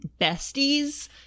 besties